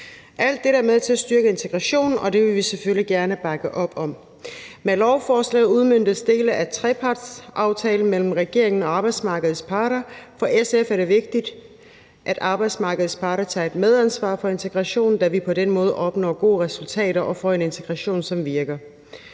Alt dette er med til at styrke integrationen, og det vil vi selvfølgelig gerne bakke op om. Med lovforslaget udmøntes dele af trepartsaftalen mellem regeringen og arbejdsmarkedets parter. For SF er det vigtigt, at arbejdsmarkedets parter tager et medansvar for integrationen, da vi på den måde opnår gode resultater og får en integration, som virker.